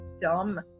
dumb